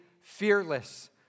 fearless